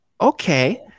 okay